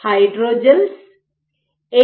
hydrogels A